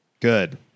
Good